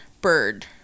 bird